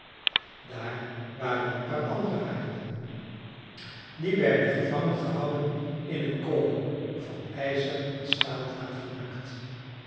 daar waren al een paar andere arenden die werden gevangen gehouden in een kooi van ijzer en staaldraad gemaakt